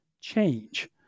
change